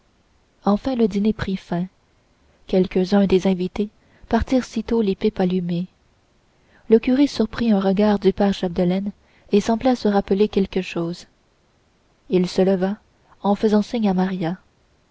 enfin le dîner prit fin quelques-uns des invités partirent sitôt les pipes allumées le curé surprit un regard du père chapdelaine et sembla se rappeler quelque chose il se leva en faisant signe à maria